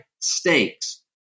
stakes